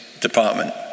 department